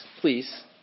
please